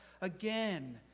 again